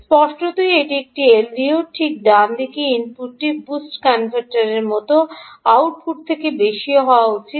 স্পষ্টতই এটি একটি এলডিও ঠিক ডানদিকে ইনপুটটি বুস্ট কনভার্টারের মতো আউটপুট থেকে বেশি হওয়া উচিত